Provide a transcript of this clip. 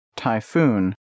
Typhoon